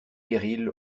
périls